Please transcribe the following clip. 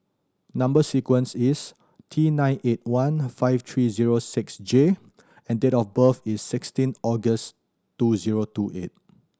number sequence is T nine eight one five three zero six J and date of birth is sixteen August two zero two eight